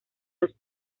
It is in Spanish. los